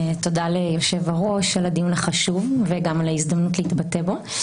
תודה ליושב-הראש על הדיון החשוב וגם על ההזדמנות להתבטא בו.